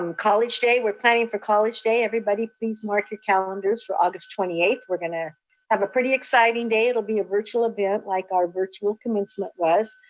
um college day, we're planning for college day, everybody please mark your calendars for august twenty eighth. we're gonna have a pretty exciting day. it'll be a virtual event like our virtual commencement was.